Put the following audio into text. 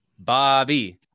bobby